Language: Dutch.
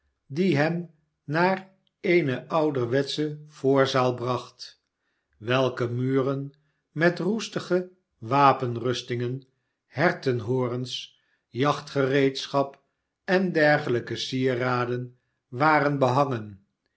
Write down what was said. die hem naar eene ouderwetsche voorzaal bracht welker muren met roestige wapenrustingen hertenhorens jachtgereedschap en dergelijke sieraden waren behangen